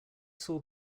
saw